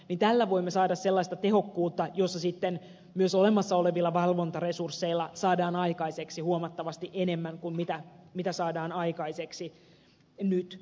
tällä voimme saada sellaista tehokkuutta jossa sitten myös olemassa olevilla valvontaresursseilla saadaan aikaiseksi huomattavasti enemmän kuin saadaan aikaiseksi nyt